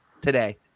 today